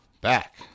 back